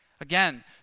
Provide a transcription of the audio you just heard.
Again